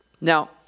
Now